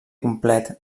complet